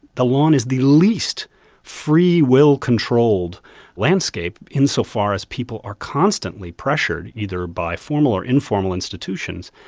the lawn is the least free will-controlled landscape insofar as people are constantly pressured, either by formal or informal institutions,